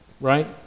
right